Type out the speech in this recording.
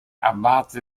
abate